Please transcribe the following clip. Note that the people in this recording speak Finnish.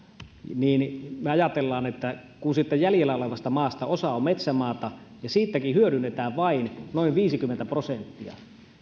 niin me ajattelemme että kun siitä jäljellä olevasta maasta osa on metsämaata ja siitäkin hyödynnetään vain noin viisikymmentä prosenttia